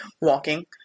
Walking